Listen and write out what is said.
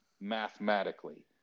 mathematically